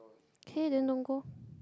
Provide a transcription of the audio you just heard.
K then don't go